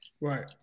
Right